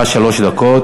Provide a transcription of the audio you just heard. יש לך שלוש דקות.